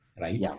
right